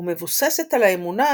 ומבוססת על האמונה